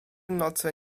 noce